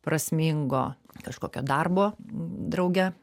prasmingo kažkokio darbo drauge